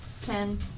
Ten